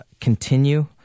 continue